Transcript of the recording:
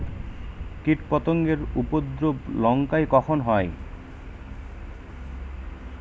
কীটপতেঙ্গর উপদ্রব লঙ্কায় কখন হয়?